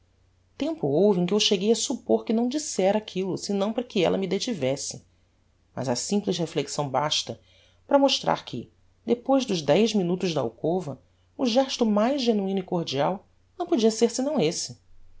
tempo houve em que eu cheguei a suppor que não dissera aquillo senão para que ella me detivesse mas a simples reflexão basta para mostrar que depois dos dez minutos da alcova o gesto mais genuino e cordial não podia ser senão esse